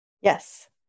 Yes